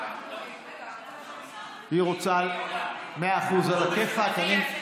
היא עולה לפי הסדר המקורי.